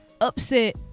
upset